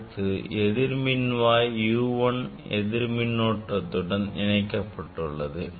அடுத்து எதிர்மின்வாய் U1 எதிர் மின்னோட்டத்துடன் இணைக்கப்பட்டுள்ளது